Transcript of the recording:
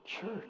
church